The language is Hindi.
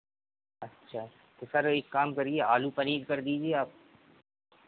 अच्छा तो सर एक काम करिए आलू पनीर कर दीजिए आप